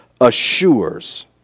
assures